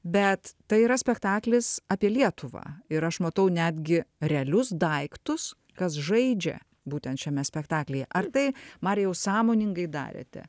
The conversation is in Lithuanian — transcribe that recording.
bet tai yra spektaklis apie lietuvą ir aš matau netgi realius daiktus kas žaidžia būtent šiame spektaklyje ar tai marijau sąmoningai darėte